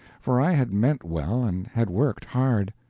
for i had meant well and had worked hard.